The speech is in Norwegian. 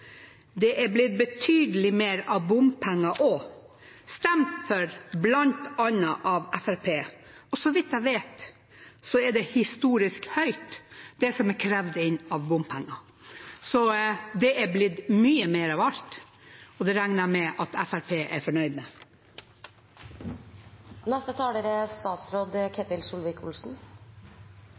Det er blitt betydelig mer bompenger også, stemt for bl.a. av Fremskrittspartiet. Og så vidt jeg vet, er det historisk høyt, det som er krevd inn av bompenger. Det er blitt mye mer av alt, og det regner jeg med at Fremskrittspartiet er fornøyd